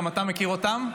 גם אתה מכיר אותם,